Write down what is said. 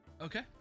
Okay